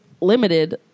limited